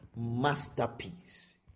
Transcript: masterpiece